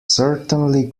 certainly